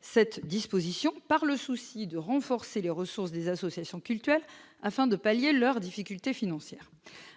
cette disposition par le souci de renforcer les ressources des associations cultuelles afin de pallier leurs difficultés financières,